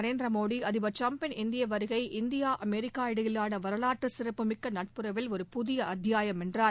நரேந்திர மோடி அதிபர் ட்ரம்பின் இந்திய வருகை இந்தியா அமெரிக்கா இடையிலான வரவாற்றுச் சிறப்புமிக்க நட்புறவில் ஒரு புதிய அத்தியாயம் என்றார்